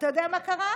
ואתה יודע מה קרה?